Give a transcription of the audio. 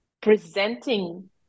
presenting